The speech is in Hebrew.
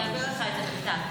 אני אעביר לך את זה בכתב.